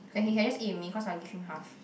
okay he can just eat with me cause I will give him half